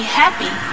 happy